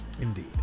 Indeed